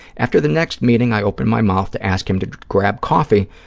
after the next meeting, i opened my mouth to ask him to grab coffee,